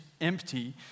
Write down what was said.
empty